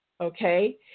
Okay